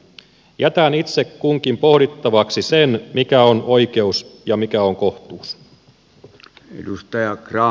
jätän itse kunkin pohdittavaksi sen mikä on oikeus ja mikä on kohtuus